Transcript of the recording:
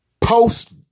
post